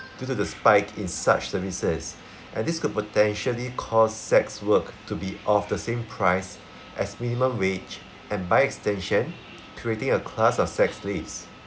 due to the spike in such services and this could potentially cost sex work to be of the same price as minimum wage and by extension creating a class of sex slaves